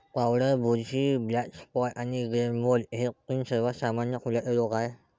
powder बुरशी, black spot आणि grey mould हे तीन सर्वात सामान्य फुलांचे रोग आहेत